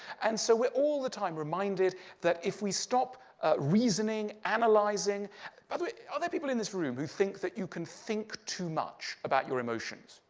and so we are all the time reminded that if we stop reasoning, analyzing by the way, are there people in this room who think that you can think too much about your emotions?